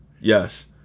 Yes